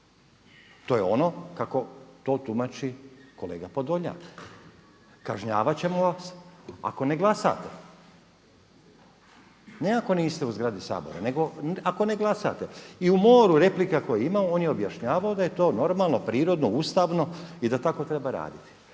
To je ono kako to tumači kolega Podolnjak. Kažnjavati ćemo vas ako ne glasate ne ako niste u zgradi Sabora, nego ako ne glasate. I u moru replika koje imamo on je objašnjavao da je to normalno, prirodno, ustavno i da tako treba raditi.